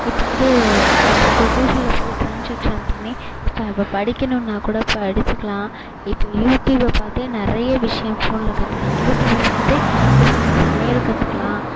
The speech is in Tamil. இப்போ வந்து நம்மளுக்கு கூகுளில் போய் ட்ரான்ஸாக்ஷன் பண்ணி இப்போ நம்ம படிக்கணுன்னா கூட படிச்சிக்கலாம் இப்போ யூடுயூபை பார்த்தே நிறைய விஷயம் ஃபோனில் கத்துக்கலாம் யூடுயூபை பார்த்தே இப்போ நம்ம சமையல் கத்துக்கலாம்